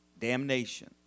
damnation